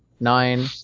nine